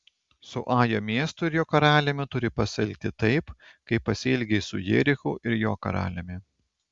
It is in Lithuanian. su ajo miestu ir jo karaliumi turi pasielgti taip kaip pasielgei su jerichu ir jo karaliumi